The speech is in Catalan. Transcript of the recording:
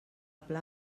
pla